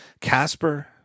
Casper